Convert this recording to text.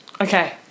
okay